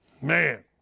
Man